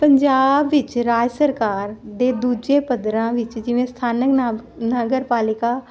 ਪੰਜਾਬ ਵਿੱਚ ਰਾਜ ਸਰਕਾਰ ਦੇ ਦੂਜੇ ਪੱਧਰਾਂ ਵਿੱਚ ਜਿਵੇਂ ਸਥਾਨਕ ਨਗਰ ਪਾਲਿਕਾ